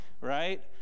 right